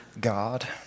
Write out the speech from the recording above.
God